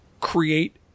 create